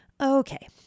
Okay